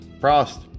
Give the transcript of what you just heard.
Frost